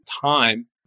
time